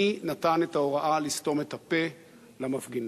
מי נתן את ההוראה לסתום את הפה למפגינים?